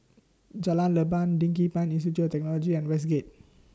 Jalan Leban Digipen Institute Technology and Westgate